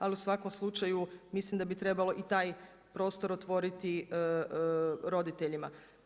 Ali u svakom slučaju mislim da bi trebalo i taj prostor otvoriti roditeljima.